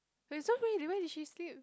where somebody did where did she sleep